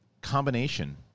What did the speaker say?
combination